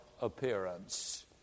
appearance